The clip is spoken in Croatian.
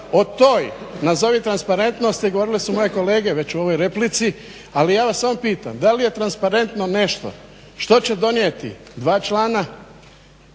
O toj nazovi transparentnosti govorile su moje kolege već u ovoj replici, ali ja vas samo pitam da li je transparentno nešto što će donijeti dva člana